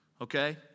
Okay